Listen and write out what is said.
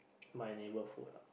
my neighborhood ah